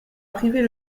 priver